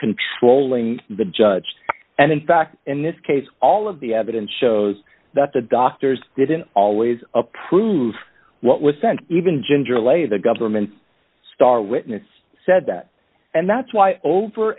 controlling the judge and in fact in this case all of the evidence shows that the doctors didn't always approve what was sent even ginger lay the government star witness said that and that's why over